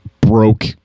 broke